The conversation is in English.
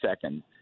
second